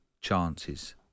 chances